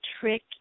trick